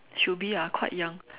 should be ah quite young